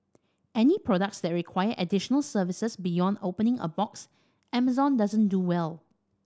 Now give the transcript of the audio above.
any products that require additional services beyond opening a box Amazon doesn't do well